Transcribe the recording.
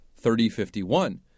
3051